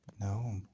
No